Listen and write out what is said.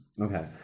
okay